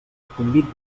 convit